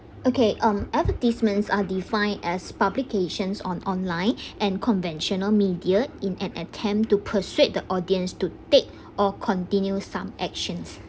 okay um advertisements are defined as publications on online and conventional media in an attempt to persuade the audience to take or continue some actions